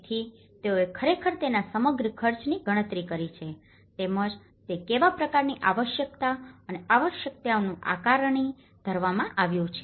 તેથી તેઓએ ખરેખર તેના સમગ્ર ખર્ચની ગણતરી કરી છે તેમજ તે કેવા પ્રકારની આવશ્યકતા અને આવશ્યકતાઓનું આકારણી કરવામાં આવ્યું છે